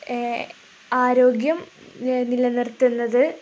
ആരോഗ്യം നിലനിർത്തുന്നത്